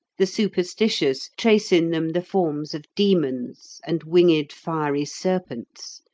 the superstitious trace in them the forms of demons and winged fiery serpents,